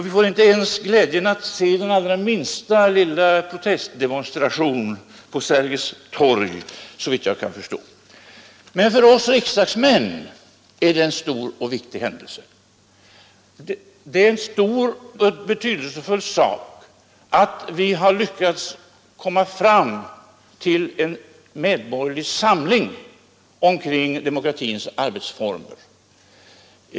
Vi får inte ens glädjen att se den allra minsta lilla protestdemonstration på Sergels torg, såvitt jag kan förstå. Men för oss riksdagsmän är det en viktig händelse. Det är en stor och betydelsefull sak att vi har lyckats komma fram till en medborgerlig samling omkring demokratins arbetsformer.